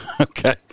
Okay